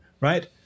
right